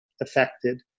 affected